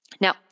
Now